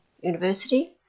University